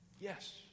Yes